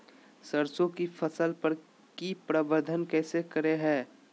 सरसों की फसल पर की प्रबंधन कैसे करें हैय?